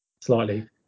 slightly